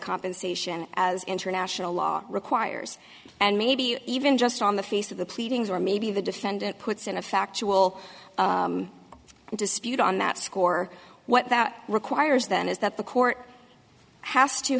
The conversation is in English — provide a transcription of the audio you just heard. compensation as international law requires and maybe even just on the feast of the pleadings or maybe the defendant puts in a factual dispute on that score what that requires then is that the court has to